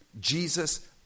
Jesus